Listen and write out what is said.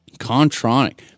Contronic